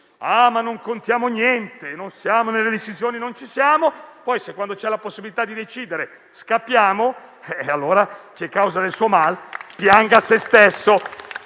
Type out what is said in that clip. che non contiamo niente e che nelle decisioni non ci siamo; ma se poi, quando c'è la possibilità di decidere, scappiamo, allora chi è causa del suo mal pianga se stesso.